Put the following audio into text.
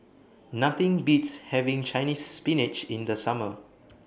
Nothing Beats having Chinese Spinach in The Summer